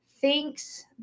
thinks